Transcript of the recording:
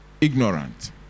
ignorant